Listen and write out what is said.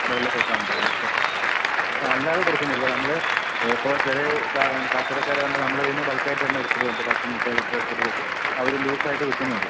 കടകളിൽ ഒക്കെ വിൽക്കാൻ വേണ്ടിയിട്ട് അപ്പം അല്ലാതെ കൊടുക്കുന്നില്ല നമ്മള് ഇപ്പം ചില കച്ചവടക്കാര് പറഞ്ഞിട്ട് നമ്മളുടെ കൈയ്യിൽ നിന്ന് ബൾക്ക് ആയിട്ട് തന്നെ എടുത്ത് നോക്കും പത്ത് മുപ്പത് ലിറ്ററ് എടു ത്തിട്ട് പോയിട്ട് അവര് ലൂസ് ആയിട്ട് വിൽക്കുന്നുണ്ട്